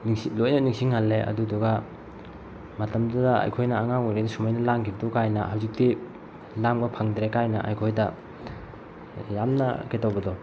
ꯂꯣꯏꯅ ꯅꯤꯡꯁꯤꯡꯍꯜꯂꯦ ꯑꯗꯨꯗꯨꯒ ꯃꯇꯝꯗꯨꯗ ꯑꯩꯈꯣꯏꯅ ꯑꯉꯥꯡ ꯑꯣꯏꯔꯤꯉꯩꯗ ꯁꯨꯃꯥꯏꯅ ꯂꯥꯡꯈꯤꯕꯗꯨ ꯀꯥꯏꯅ ꯍꯧꯖꯤꯛꯇꯤ ꯂꯥꯡꯕ ꯐꯪꯗ꯭ꯔꯦ ꯀꯥꯏꯅ ꯑꯩꯈꯣꯏꯗ ꯌꯥꯝꯅ ꯀꯩꯗꯧꯕꯗꯣ